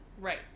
Right